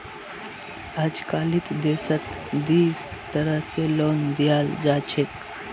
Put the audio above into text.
अजकालित देशत दी तरह स लोन दियाल जा छेक